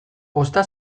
posta